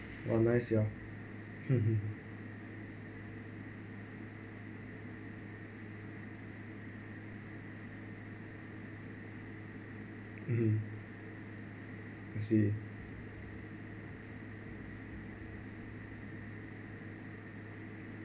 oh nice ya mmhmm I see